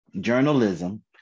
journalism